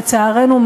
לצערנו,